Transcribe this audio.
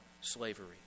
slavery